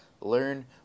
Learn